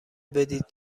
بدید